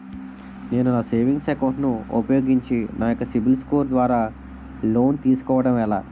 నేను నా savings account ను ఉపయోగించి నా యెక్క సిబిల్ స్కోర్ ద్వారా లోన్తీ సుకోవడం ఎలా?